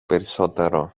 περισσότερο